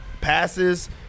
Passes